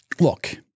Look